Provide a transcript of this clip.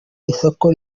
isoko